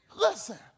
listen